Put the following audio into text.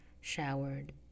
showered